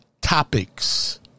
topics